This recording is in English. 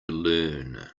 learn